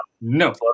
No